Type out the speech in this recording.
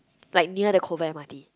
like near the Kovan M_R_T